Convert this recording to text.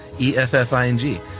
E-F-F-I-N-G